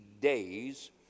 days